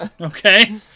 okay